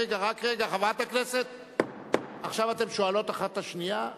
חברת הכנסת, עכשיו אתן שואלות האחת את השנייה?